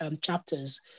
chapters